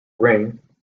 ring